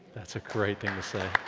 that's a great thing to say.